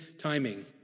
timing